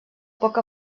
poc